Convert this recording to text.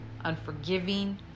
unforgiving